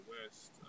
West